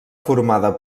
formada